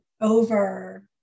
over